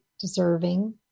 deserving